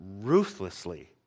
ruthlessly